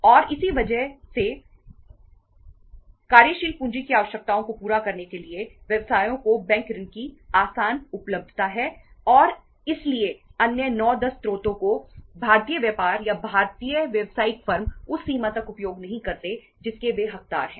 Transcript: और इसकी वजह यह है कि अपनी कार्यशील पूंजी की आवश्यकताओं को पूरा करने के लिए व्यवसायों को बैंक ऋण की आसान उपलब्धता है और इसलिए अन्य 9 10 स्रोतों को भारतीय व्यापार या भारतीय व्यावसायिक फर्म उस सीमा तक उपयोग नहीं करते जिसके वे हकदार हैं